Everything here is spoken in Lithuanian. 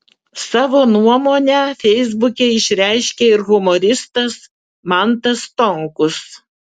savo nuomonę feisbuke išreiškė ir humoristas mantas stonkus